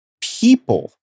People